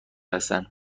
هستند